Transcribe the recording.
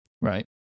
right